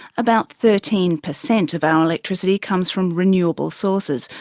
about thirteen percent of our electricity comes from renewable sources,